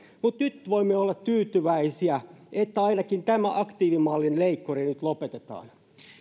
mutta nyt voimme olla tyytyväisiä että ainakin tämä aktiivimallin leikkuri nyt lopetetaan